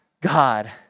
God